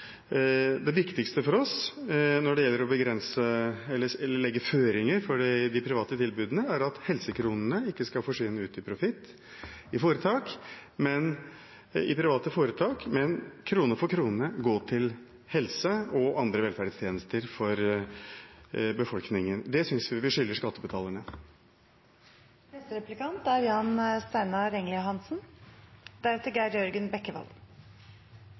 Det viktigste for oss når det gjelder å legge føringer for de private tilbudene, er at helsekronene ikke skal forsvinne ut til profitt i private foretak, men krone for krone gå til helse- og andre velferdstjenester for befolkingen. Det synes vi at vi skylder skattebetalerne. 63 000 færre står i helsekø nå enn da SV satt i regjering. Fritt behandlingsvalg er